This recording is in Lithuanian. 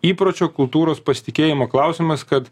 įpročio kultūros pasitikėjimo klausimas kad